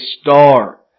star